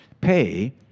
pay